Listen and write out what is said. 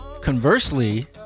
conversely